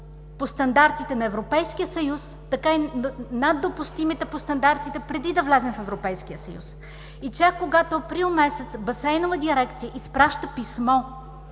по стандартите на Европейския съюз, така и над допустимите по стандартите преди да влезем в Европейския съюз. И чак когато април месец „Басейнова дирекция“ изпраща писмо,